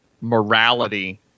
morality